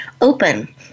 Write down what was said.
open